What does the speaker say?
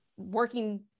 working